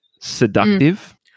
Seductive